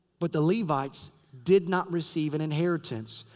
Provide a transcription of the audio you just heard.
but the levites did not receive an inheritance.